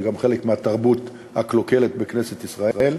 זה גם חלק מהתרבות הקלוקלת בכנסת ישראל.